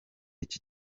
iki